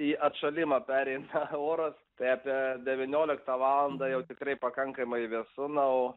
į atšalimą pereina oras tai apie devynioliktą valandą jau tikrai pakankamai vėsu na o